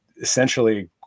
essentially